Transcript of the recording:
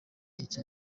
iki